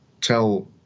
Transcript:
tell